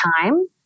time